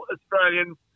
Australians